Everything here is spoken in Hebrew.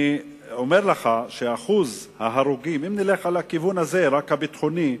אני אומר לך שאחוז ההרוגים בגלל המצב הביטחוני,